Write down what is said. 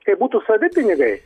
kai būtų savi pinigai